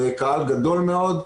זה קהל גדול מאוד,